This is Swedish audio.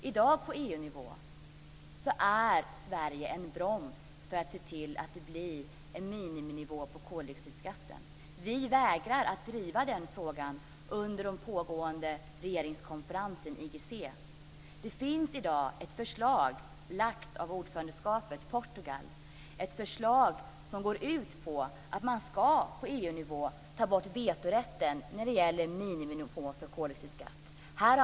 I dag är Sverige en broms i EU när det gäller att se till att det blir en miniminivå på koldioxidskatten. Vi vägrar att driva den frågan under den pågående regeringskonferensen, IGC. Det finns ett förslag i dag som är framlagt av ordförandelandet Portugal. Det förslaget går ut på att man på EU-nivå ska ta bort vetorätten när det gäller en miniminivå för koldioxidskatten.